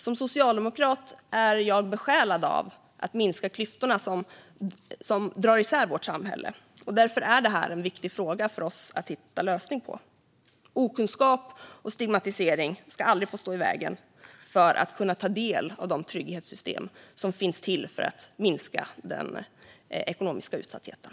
Som socialdemokrat är jag besjälad av att minska klyftorna som drar isär vårt samhälle. Därför är det här en viktig fråga för oss att hitta en lösning på. Okunskap och stigmatisering ska aldrig få stå i vägen för att man ska kunna ta del av de trygghetssystem som finns till för att minska den ekonomiska utsattheten.